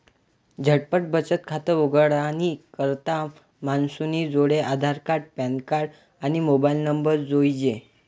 झटपट बचत खातं उघाडानी करता मानूसनी जोडे आधारकार्ड, पॅनकार्ड, आणि मोबाईल नंबर जोइजे